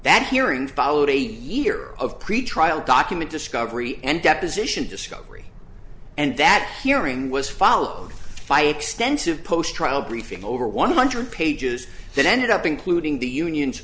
that hearing followed a year of pretrial document discovery and deposition discovery and that hearing was followed by extensive post trial briefing over one hundred pages that ended up including the unions